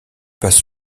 passe